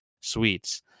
sweets